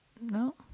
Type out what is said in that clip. No